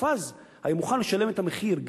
ומופז היה מוכן לשלם את המחיר,